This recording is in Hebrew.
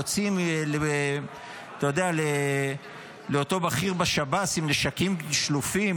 יוצאים לאותו בכיר בשב"ס עם נשקים שלופים,